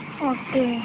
okay